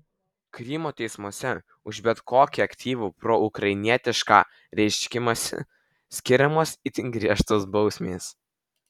krymo teismuose už bet kokį aktyvų proukrainietišką reiškimąsi skiriamos itin griežtos bausmės